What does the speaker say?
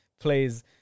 plays